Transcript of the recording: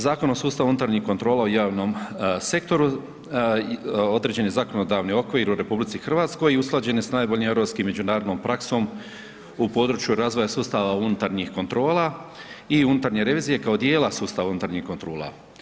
Zakon o sustavu unutarnjih kontrola u javnom sektoru, određen je zakonodavni okvir u RH i usklađen je sa najboljom europski međunarodnom praksom u području razvoja sustava unutarnjih kontrola i unutarnje revizije, kao dijela sustava unutarnjih kontrola.